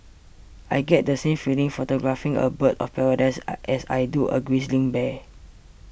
I get the same feeling photographing a bird of paradise as I do a grizzly bear